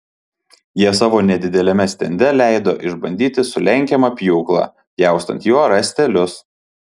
jie savo nedideliame stende leido išbandyti sulenkiamą pjūklą pjaustant juo rąstelius